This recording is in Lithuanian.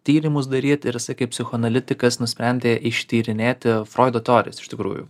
tyrimus daryt ir jisai kaip psichoanalitikas nusprendė ištyrinėti froido teorijas iš tikrųjų